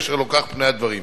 כאשר לא כך פני הדברים.